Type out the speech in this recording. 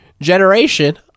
generation